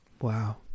wow